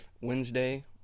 Wednesday